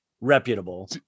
Reputable